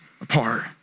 apart